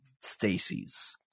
Stacy's